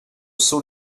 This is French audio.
seau